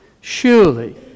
surely